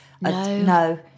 no